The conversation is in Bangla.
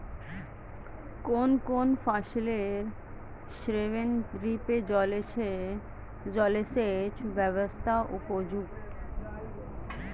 কোন কোন ফসলের ক্ষেত্রে ড্রিপ জলসেচ ব্যবস্থা উপযুক্ত?